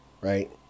Right